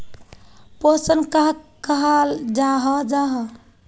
पोषण कहाक कहाल जाहा जाहा?